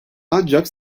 ancak